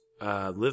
Live